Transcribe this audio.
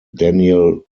daniel